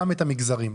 גם המגזרים.